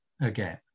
again